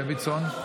סימון דוידסון,